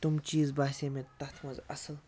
تِم چیٖز باسے مےٚ تتھ مَنٛز اَصٕل